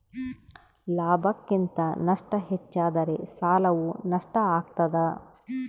ಲಾಭಕ್ಕಿಂತ ನಷ್ಟ ಹೆಚ್ಚಾದರೆ ಸಾಲವು ನಷ್ಟ ಆಗ್ತಾದ